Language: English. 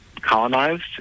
colonized